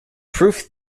proof